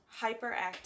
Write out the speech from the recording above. hyperactive